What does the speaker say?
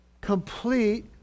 complete